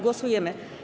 Głosujemy.